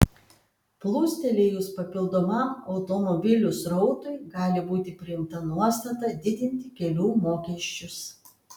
plūstelėjus papildomam automobilių srautui gali būti priimta nuostata didinti kelių mokesčius